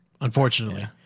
Unfortunately